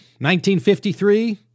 1953